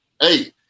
hey